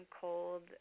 cold